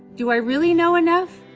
do i really know enough?